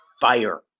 fire